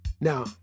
Now